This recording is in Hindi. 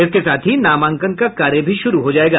इसके साथ ही नामांकन का कार्य भी शुरू हो जायेगा